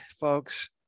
folks